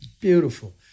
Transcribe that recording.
Beautiful